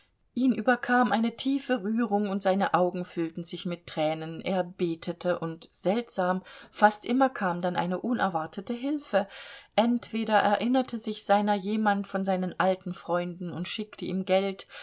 ihn überkam eine tiefe rührung und seine augen füllten sich mit tränen er betete und seltsam fast immer kam dann eine unerwartete hilfe entweder erinnerte sich seiner jemand von seinen alten freunden und schickte ihm geld